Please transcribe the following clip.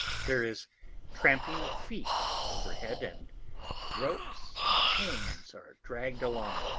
there is tramping of feet overhead, and ropes and chains are dragged along.